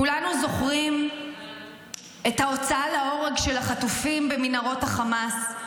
כולנו זוכרים את ההוצאה להורג של החטופים במנהרות חמאס,